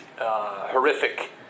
horrific